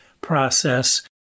process